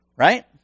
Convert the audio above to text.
Right